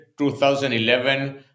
2011